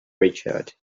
richard